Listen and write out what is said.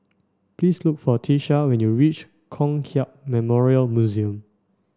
please look for Tiesha when you reach Kong Hiap Memorial Museum